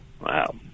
Wow